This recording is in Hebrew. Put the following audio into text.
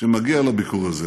שמגיע לביקור הזה